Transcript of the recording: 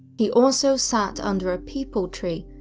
he also sat under a peepal tree,